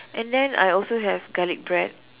and then I also have garlic bread